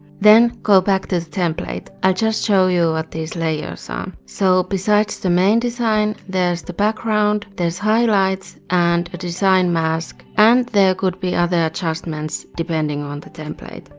then go back to the template. i'll just show you what these layers are. um so, besides the main design, there's the background, there's highlights and a design mask and there could be other adjustments depending on the template.